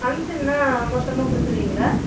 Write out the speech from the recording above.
ஃபங்கக்ஷன்னா மொத்தமாக கொடுத்துருவீங்ளா